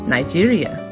Nigeria